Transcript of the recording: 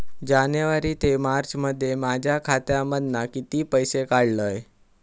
जानेवारी ते मार्चमध्ये माझ्या खात्यामधना किती पैसे काढलय?